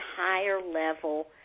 higher-level